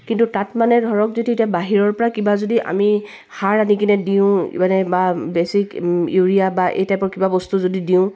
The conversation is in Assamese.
কিন্তু তাত মানে ধৰক যদি এতিয়া বাহিৰৰ পৰা কিবা যদি আমি সাৰ আনি কিনে দিওঁ মানে বা বেছি ইউৰিয়া বা এই টাইপৰ কিবা বস্তু যদি দিওঁ